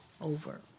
over